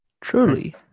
Truly